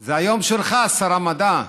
זה היום שלך, שר המדע,